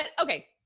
okay